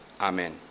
amen